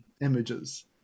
images